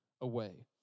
away